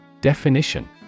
Definition